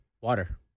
Water